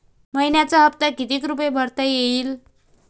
मइन्याचा हप्ता कितीक रुपये भरता येईल?